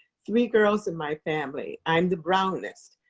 three girls in my family. i'm the brownest.